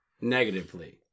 negatively